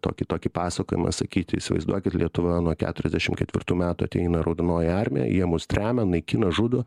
tokį tokį pasakojimą sakyti įsivaizduokit lietuva nuo keturiasdešim ketvirtų metų ateina raudonoji armija jie mus tremia naikina žudo